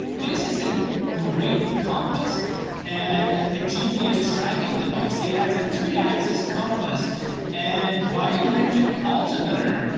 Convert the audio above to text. this is a great compass and a gps tracking device. it has a three axis compass and biometric altimeter,